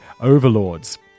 overlords